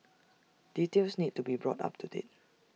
details need to be brought up to date